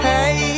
Hey